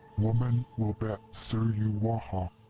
woman will bet suruwaha.